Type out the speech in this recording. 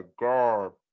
god